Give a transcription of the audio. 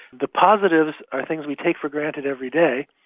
the positives are things we take for granted every day,